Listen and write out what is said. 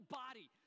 body